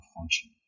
function